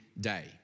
day